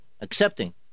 accepting